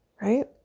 right